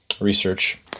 research